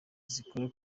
zikora